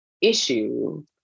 issue